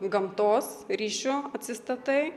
gamtos ryšiu atsistatai